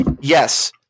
yes